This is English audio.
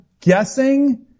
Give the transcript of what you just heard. guessing